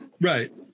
Right